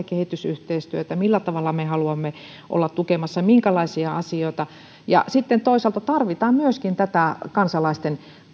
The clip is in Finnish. kehitysyhteistyötä ja millä tavalla me haluamme olla tukemassa minkälaisia asioita ja sitten toisaalta tarvitaan myöskin tätä kansalaisten